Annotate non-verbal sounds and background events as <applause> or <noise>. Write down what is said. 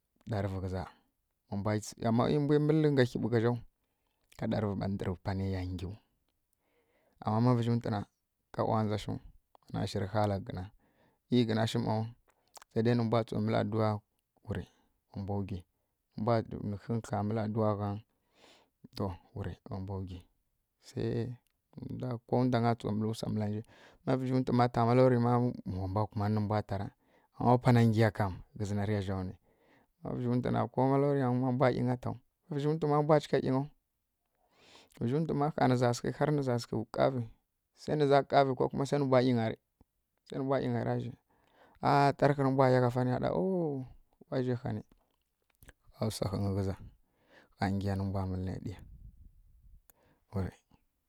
Dlavǝ ghǝza mǝ mbwa mǝl ngga hyi bukǝ zaw ka ɗa vǝ mba ndǝr pa na ya nyiw ama ma vǝzhǝ ntǝnǝ kobo nja shǝw wana shǝrǝ hyali nga gina mǝ gina mbaw nǝ mbwa tsu mǝl aduwa wǝri wa mbwa gyi nǝ hǝnlyi mǝl aduwa to wa mbwa gyi ko wa ndangǝ tsu mǝl sa mǝlanja ta maluri ma wa mbwa ku ma nǝ mbwa ta ma gyikam pa nǝ ya za nuyǝ malurin nyima mbwa ˈyinga taw gha nǝ za ghǝ nǝ za ghǝ ka vǝ swa nǝ mbwa gyinyira za nǝ mbwa ɗa na taraghǝ tǝ mbwa ˈyaa nǝ da na woow pa zǝ gha gya. <unintelligible>